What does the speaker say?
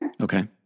Okay